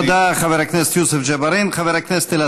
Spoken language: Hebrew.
תודה, חבר הכנסת יוסף ג'בארין.